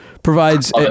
Provides